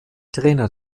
trainer